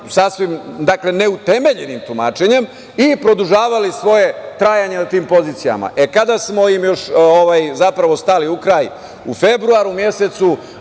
sasvim neutemeljenim tumačenjem i produžavali svoje trajanje na tim pozicijama. Kada smo im zapravo stali u kraj u februaru mesecu